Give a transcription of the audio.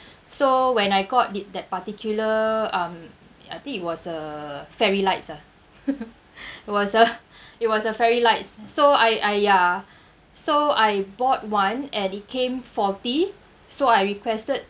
so when I got did that particular um I think it was a fairy lights ah it was a it was a fairy lights so I I ya so I bought one and it came forty so I requested